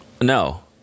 No